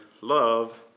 love